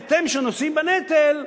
אתם שנושאים בנטל,